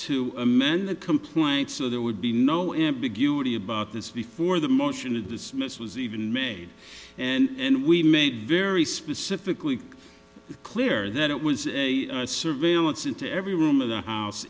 to amend the complaint so there would be no ambiguity about this before the motion to dismiss was even made and we made very specifically clear that it was a surveillance into every room of the house